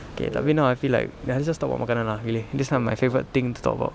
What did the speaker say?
okay tapi now I feel like ya let's just talk about makanan ah really that's like my favourite thing to talk about